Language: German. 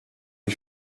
die